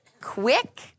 quick